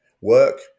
Work